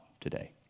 today